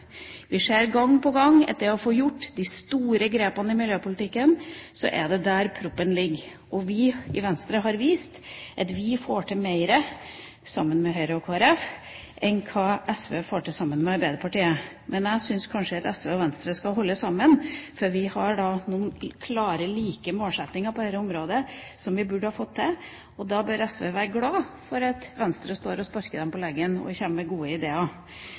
miljøpolitikken, er det der proppen ligger. Vi i Venstre har vist at vi får til mer sammen med Høyre og Kristelig Folkeparti enn det SV får til sammen med Arbeiderpartiet. Men jeg syns kanskje at SV og Venstre skal holde sammen, fordi vi har noen klare, like målsettinger på dette området som vi burde ha fått til. Da bør SV være glad for at Venstre står og sparker dem på leggen og kommer med gode ideer.